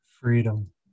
Freedom